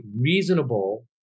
reasonable